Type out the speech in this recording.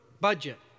budget